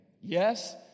Yes